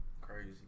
Crazy